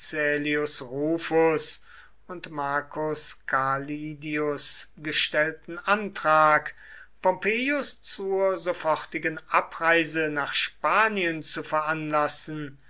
rufus und marcus calidius gestellten antrag pompeius zur sofortigen abreise nach spanien zu veranlassen